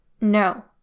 No